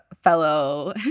fellow